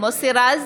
מוסי רז,